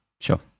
Sure